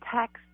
text